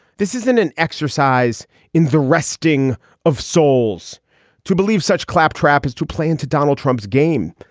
this isn't an exercise in the wresting of souls to believe such claptrap is to play into donald trump's game,